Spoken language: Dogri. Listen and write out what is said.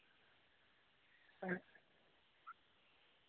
हां जी हां जी महाराज सुशील कुमार होर बोलै दे थिएटर चेयरमैन